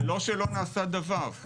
זה לא שלא נעשה דבר.